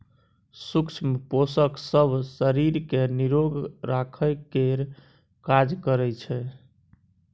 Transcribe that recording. सुक्ष्म पोषक सब शरीर केँ निरोग राखय केर काज करइ छै